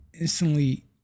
instantly